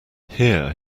here